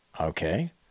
Okay